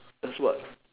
as what